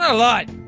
ah lot.